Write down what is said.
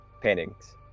Paintings